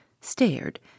stared